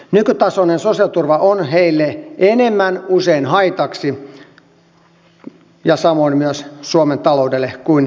nykytasoinen sosiaaliturva on heille usein enemmän haitaksi samoin myös suomen taloudelle kuin kannustava toimenpide